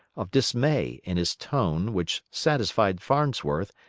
of dismay, in his tone which satisfied farnsworth,